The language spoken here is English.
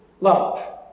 love